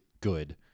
good